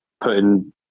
putting